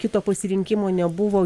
kito pasirinkimo nebuvo